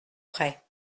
près